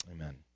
amen